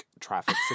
traffic